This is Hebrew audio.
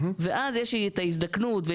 ואז יש ההזדקנות.